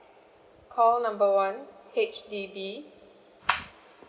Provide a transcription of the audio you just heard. call number one H_D_B